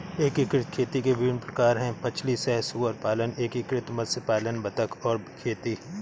एकीकृत खेती के विभिन्न प्रकार हैं मछली सह सुअर पालन, एकीकृत मत्स्य पालन बतख और खेती